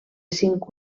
cinc